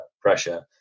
pressure